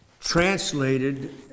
translated